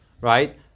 right